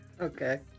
Okay